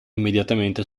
immediatamente